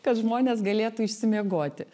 kad žmonės galėtų išsimiegoti